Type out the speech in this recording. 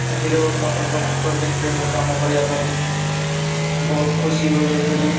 hero MotoCorp ପ୍ରୋଜେକ୍ଟ୍ରେ ମୁଁ କାମ କରିବା ପାଇଁ ବହୁତ ଖୁସି ହୋଇ ଯାଇଥିଲି